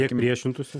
kiek priešintųsi